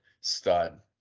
stud